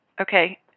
Okay